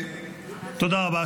תודה רבה.